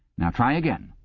now try again.